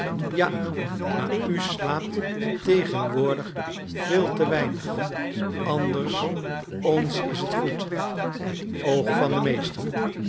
ja maar u slaapt tegenwoordig veel te weinig anders ons is het goed het oog van den meester